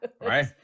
Right